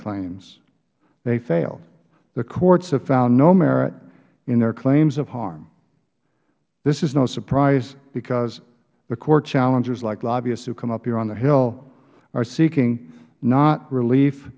claims they fail the courts have found no merit in their claims of harm this is no surprise because the court challenges like lobbyists who come up here on the hill are seeking not relief